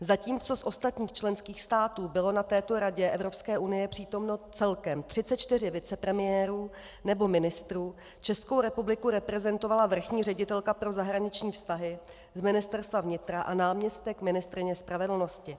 Zatímco z ostatních členských států bylo na této Radě Evropské unie přítomno celkem 34 vicepremiérů nebo ministrů, Českou republiku reprezentovala vrchní ředitelka pro zahraniční vztahy z Ministerstva vnitra a náměstek ministryně spravedlnosti.